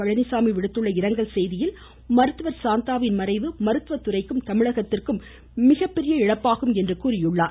பழனிச்சாமி விடுத்துள்ள இரங்கல் செய்தியில் மருத்துவர் சாந்தாவின் மறைவு மருத்துவ துறைக்கும் தமிழகத்திற்கும் மிகப்பெரிய இழப்பாகும் என்று கூறியுள்ளார்